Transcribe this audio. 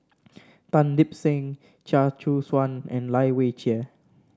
Tan Lip Seng Chia Choo Suan and Lai Weijie